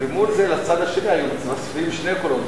ומול זה לצד השני היו מתווספים שני קולות,